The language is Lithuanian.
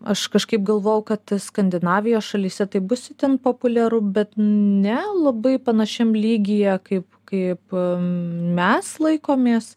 aš kažkaip galvojau kad skandinavijos šalyse tai bus itin populiaru be ne labai panašiam lygyje kaip kaip mes laikomės